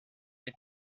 and